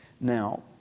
Now